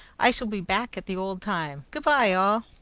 i shall be back at the old time. good-bye all!